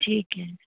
ਠੀਕ ਹੈ